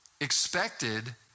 expected